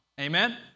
Amen